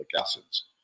acids